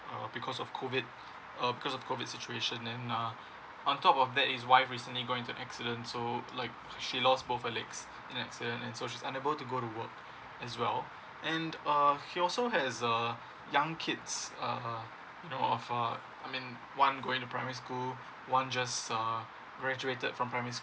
uh because of COVID uh because of COVID situation then ah on top of that his wife recently going into accident so like she lost both her legs in that accident so she's unable to go to work as well and uh he also has uh young kids uh know of uh I mean one going to primary school one just uh graduated from primary